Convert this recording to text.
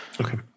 Okay